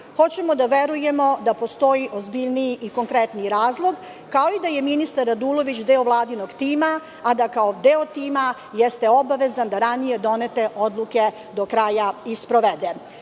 Hoćemo da verujemo da postoji ozbiljniji i konkretniji razlog, kao i da je ministar Radulović deo Vladinog tima, a da kao deo tima jeste obavezan da ranije donete odluke do kraja i sprovede. Zato